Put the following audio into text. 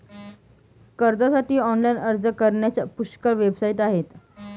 कर्जासाठी ऑनलाइन अर्ज करण्याच्या पुष्कळ वेबसाइट आहेत